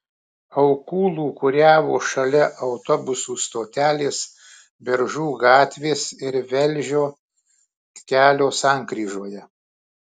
aukų lūkuriavo šalia autobusų stotelės beržų gatvės ir velžio kelio sankryžoje